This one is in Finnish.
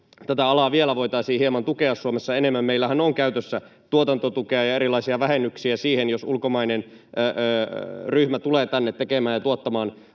tätä alaa vielä voitaisiin hieman tukea Suomessa enemmän. Meillähän on käytössä tuotantotukea ja erilaisia vähennyksiä siihen, jos ulkomainen ryhmä tulee tänne tekemään ja tuottamaan